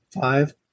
five